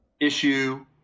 issue